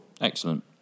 Excellent